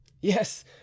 Yes